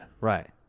Right